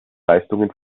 leistungen